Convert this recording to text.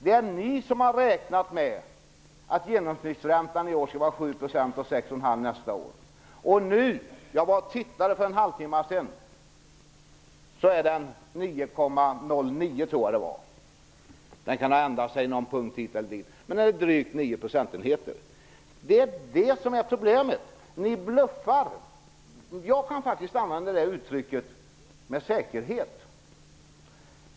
Det är ni som har räknat med att genomsnittsräntan skall vara 7 % i år och För en halvtimme sedan kontrollerade jag den aktuella siffran. Jag tror att det rör sig om 9,09 %. Det kan ha skett en ändring med någon punkt hit eller dit. Det handlar i varje fall om drygt 9 procentenheter. Problemet är att ni bluffar. Jag kan faktiskt använda det uttrycket med säkerhet.